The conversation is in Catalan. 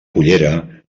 cullera